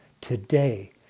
Today